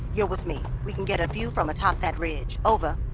you're with me. we can get a view from atop that ridge. over